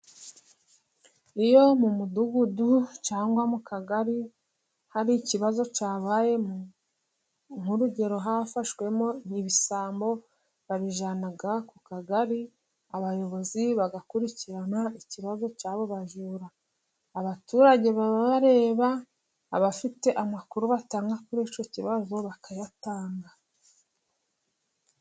Iyo mu mudugudu cyangwa mu kagari hari ikibazo cyabayemo, nk'urugero hafashwemo ibisambo babijyana ku kagari abayobozi bagakurikirana ikibazo cy'abo bajura, abaturage babareba abafite amakuru batanga kuri icyo kibazo bakayatanga.